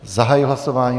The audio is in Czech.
Zahajuji hlasování.